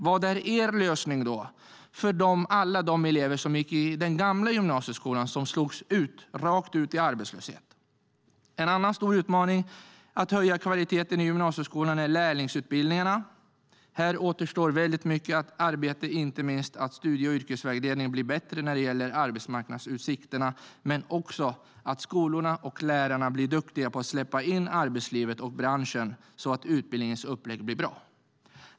Vad är er lösning för alla de elever som gick i den gamla gymnasieskolan och som slogs rakt ut i arbetslöshet? En annan stor utmaning för att höja kvaliteten i gymnasieskolan är lärlingsutbildningarna. Här återstår mycket arbete, inte minst att studie och yrkesvägledningen blir bättre när det gäller arbetsmarknadsutsikter men också att skolorna och lärarna blir duktiga på att släppa in arbetslivet och branschen så att utbildningens upplägg blir bra.